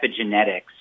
epigenetics